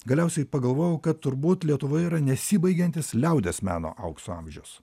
galiausiai pagalvojau kad turbūt lietuvoje yra nesibaigiantis liaudies meno aukso amžius